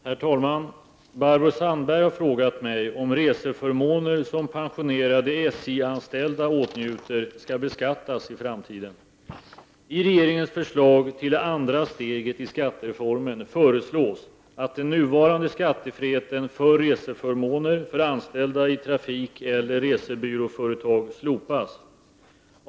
Herr talman! Barbro Sandberg har frågat mig om reseförmåner som pensionerade SJ-anställda åtnjuter skall beskattas i framtiden. I regeringens förslag till det andra steget i skattereformen föreslås att den nuvarande skattefriheten för reseförmåner för anställda i trafikeller resebyråföretag slopas.